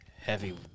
Heavy